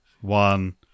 One